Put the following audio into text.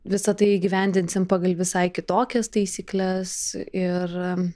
visa tai įgyvendinsim pagal visai kitokias taisykles ir